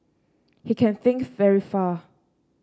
he can think very far